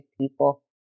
people